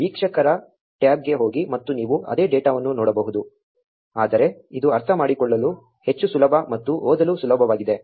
ವೀಕ್ಷಕರ ಟ್ಯಾಬ್ಗೆ ಹೋಗಿ ಮತ್ತು ನೀವು ಅದೇ ಡೇಟಾವನ್ನು ನೋಡಬಹುದು ಆದರೆ ಇದು ಅರ್ಥಮಾಡಿಕೊಳ್ಳಲು ಹೆಚ್ಚು ಸುಲಭ ಮತ್ತು ಓದಲು ಸುಲಭವಾಗಿದೆ